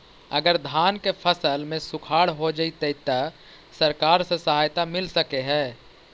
अगर धान के फ़सल में सुखाड़ होजितै त सरकार से सहायता मिल सके हे?